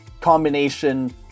combination